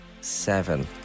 Seven